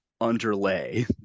underlay